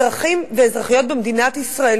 אזרחים ואזרחיות במדינת ישראל,